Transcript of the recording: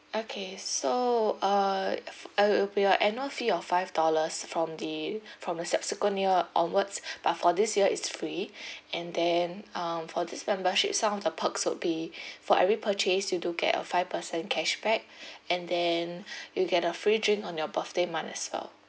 okay so uh it'll be a annual fee of five dollars from the from the subsequent year onwards but for this year it's free and then um for this membership some of the perks would be for every purchase you do get a five percent cashback and then you'll get a free drink on your birthday month as well